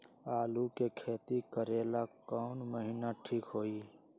आलू के खेती करेला कौन महीना ठीक होई?